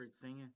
singing